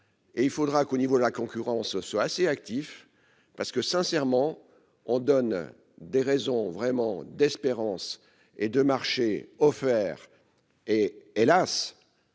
et il faudra qu'au niveau de la concurrence soit assez actif parce que sincèrement, on donne des raisons vraiment d'espérance et de marché offert hélas